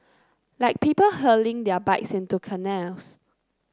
like people hurling their bikes into canals